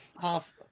half